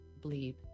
Bleep